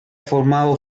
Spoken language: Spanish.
formado